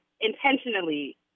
intentionally